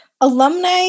Alumni